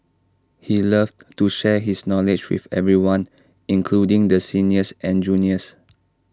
he loved to share his knowledge with everyone including the seniors and juniors